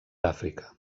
àfrica